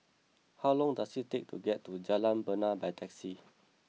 how long does it take to get to Jalan Bena by taxi